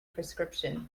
prescription